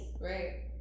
Right